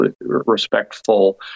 respectful